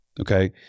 okay